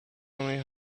only